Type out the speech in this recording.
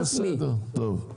בסדר, טוב.